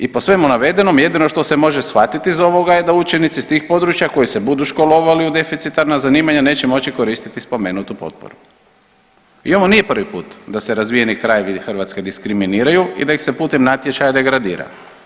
I po svemu navedenom, jedino što se može shvatiti iz ovoga je da učenici iz tih područja koji se budu školovali u deficitarna zanimanja neće moći koristiti spomenutu potporu i ovo nije prvi put da se razvijeni krajevi Hrvatske diskriminiraju i da ih se putem natječaja degradira.